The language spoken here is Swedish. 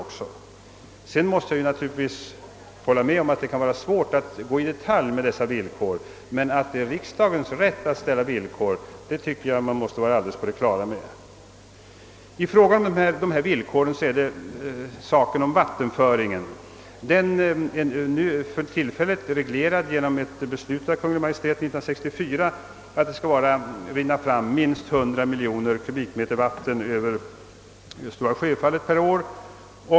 Jag måste naturligtvis hålla med om att det kan vara svårt att i detalj gå in på dessa villkor, men att det är riksdagens rätt att ställa sådana måste man ha klart för sig. Ett av villkoren gällde vattenföringen vid Stora Sjöfallet. Denna är nu tillfälligt reglerad genom ett beslut av Kungl. Maj:t år 1964, i vilket uttalas att det skall rinna fram minst 100 miljoner m? vatten från Stora Sjöfallet per år.